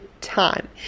time